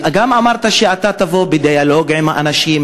גם אמרת שתבוא בדיאלוג עם האנשים,